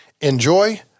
Enjoy